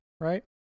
right